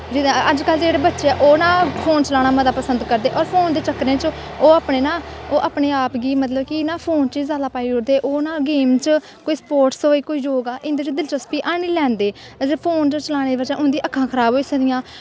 अज कल जेह्ड़े बच्चे ऐ न ओह् फोन चलाना जादा पसंद करदे और फोन दे चक्करें च ओह् अपने ना ओह् अपनी आप की ना फोन च जादा पाई ओड़दे ओह् ना गेम च कोई स्पोटस होई योगा इंदे च दिलचस्वी ऐनी लैंदे फोन चलाने दी बज़ा कन्नै उंदी आक्खां खराब होई सकदियां